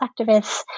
activists